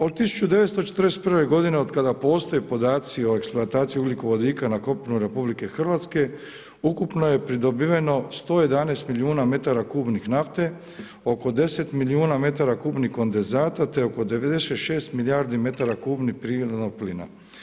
Od 1941. godine od kada postoje podaci o eksploataciji ugljikovodika na kopnu RH, ukupno je pridobiveno 111 milijuna metara kubnih nafte, oko 10 milijuna metara kubnih kondenzata te oko 96 milijardi metara kubnih prirodnog plina.